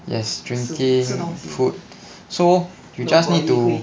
yes drinking food so you just need to